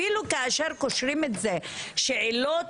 אפילו כאשר קושרים את זה שעילות